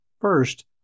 First